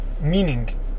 Meaning